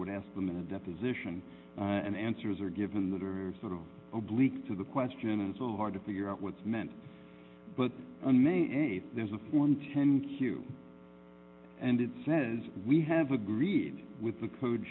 would ask them in a deposition and answers are given that are sort of oblique to the question so hard to figure out what's meant but there's a one to ten q and it says we have agreed with the code